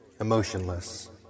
Emotionless